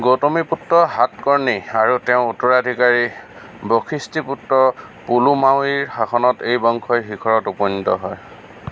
গৌতমী পুত্ৰ সাতকৰ্ণী আৰু তেওঁৰ উত্তৰাধিকাৰী বশিষ্ঠিপুত্ৰ পুলুমাৱীৰ শাসনত এই বংশই শিখৰত উপনীত হয়